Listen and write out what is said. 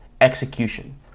execution